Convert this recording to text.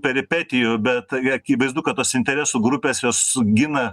peripetijų bet akivaizdu kad tos interesų grupės jos gina